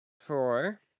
Four